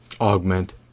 augment